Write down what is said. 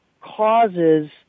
causes